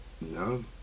no